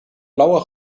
blauer